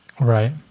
Right